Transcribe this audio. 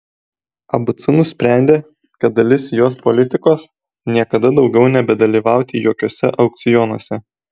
abc nusprendė kad dalis jos politikos niekada daugiau nebedalyvauti jokiuose aukcionuose